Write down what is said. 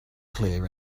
clear